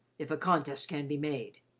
if a contest can be made.